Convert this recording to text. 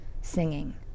singing